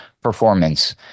performance